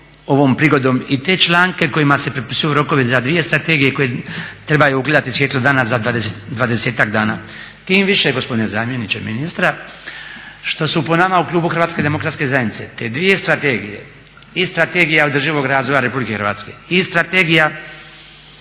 ovom prigodom i te članke kojima se propisuju rokovi za dvije strategije koji trebaju ugledati svjetlo dana za dvadesetak dana. Tim više gospodine zamjeniče ministra što su po nama u klubu Hrvatske demokratske zajednice te dvije strategije i Strategija održivog razvoja RH i Strategija